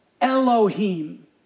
Elohim